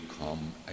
come